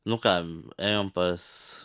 nu ką ėjom pas